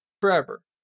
Forever